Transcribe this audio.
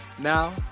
Now